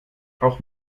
auch